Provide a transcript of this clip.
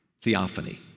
Theophany